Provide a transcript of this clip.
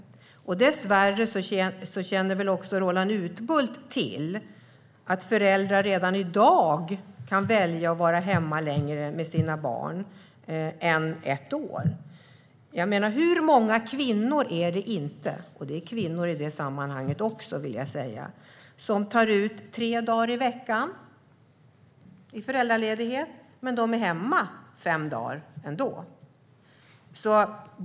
Roland Utbult känner väl också till att föräldrar redan i dag kan välja att vara hemma med sina barn längre än ett år. Hur många kvinnor är det inte, för det är kvinnor i det sammanhanget också, som tar ut tre dagar föräldraledighet i veckan men är hemma fem dagar ändå?